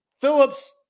Phillips